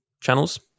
channels